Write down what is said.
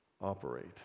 operate